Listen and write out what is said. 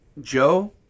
Joe